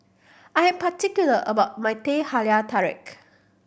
I am particular about my Teh Halia Tarik